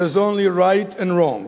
There is only right and wrong.